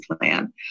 plan